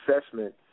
assessment